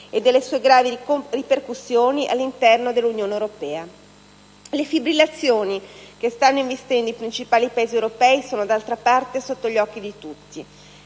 e delle sue gravi ripercussioni all'interno dell'Unione europea. Le fibrillazioni che stanno investendo i principali Paesi europei sono, d'altra parte, sotto gli occhi di tutti.